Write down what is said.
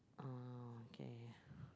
ah okay yeah yeah yeah